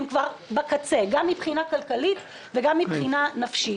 שאז הם כבר בקצה גם מבחינה כלכלית וגם מבחינה נפשית.